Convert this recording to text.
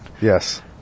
Yes